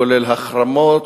כולל החרמות